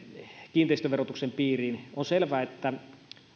kiinteistöverotuksen piiriin on selvää että